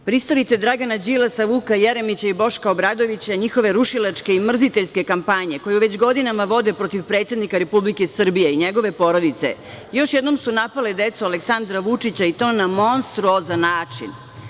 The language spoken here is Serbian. Pristalice Dragana Đilasa, Vuka Jeremića i Boška Obradovića, njihove rušilačke i mrziteljske kampanje koju već godinama vode protiv predsednika Republike Srbije i njegove porodice, još jednom su napale decu Aleksandra Vučića i to na monstruozan način.